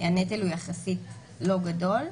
הנטל הוא יחסית לא גדול.